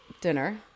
dinner